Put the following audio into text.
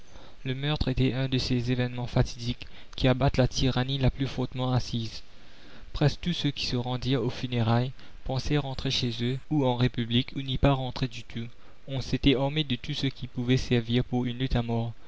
le meurtre était un de ces événements fatidiques qui abattent la tyrannie la plus fortement assise presque tous ceux qui se rendirent aux funérailles pensaient rentrer chez eux ou en république ou n'y pas rentrer du tout on s'était armé de tout ce qui pouvait servir pour une lutte à mort